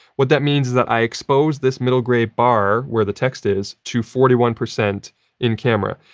what that means is that i exposed this middle grey bar, where the text is, to forty one percent in camera.